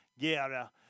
Guerra